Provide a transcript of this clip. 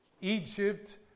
Egypt